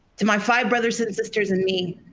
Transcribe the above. to my five brothers and sisters and me.